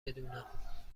بدونم